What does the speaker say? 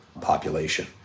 population